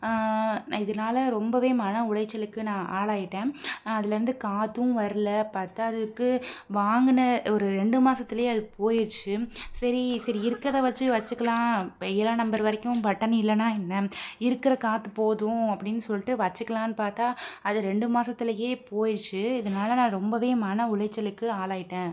நான் இதனால ரொம்பவே மனஉளைச்சலுக்கு நான் ஆளாகிட்டேன் அதிலருந்து காற்றும் வரல பத்தாததுக்கு வாங்குன ஒரு ரெண்டு மாசத்திலயே அது போயிடுச்சு சரி சரி இருக்கிறத வச்சு வச்சிக்கலாம் இப்போ ஏழாம் நம்பர் வரைக்கும் பட்டன் இல்லனா என்ன இருக்கிற காற்று போதும் அப்படின்னு சொல்லிட்டு வச்சிக்கலாம்னு பார்த்தா அது ரெண்டு மாசத்திலயே போயிடுச்சு இதனால நான் ரொம்பவே மனஉளைச்சலுக்கு ஆளாகிட்டேன்